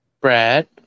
Brad